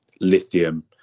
lithium